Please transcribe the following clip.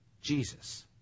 Jesus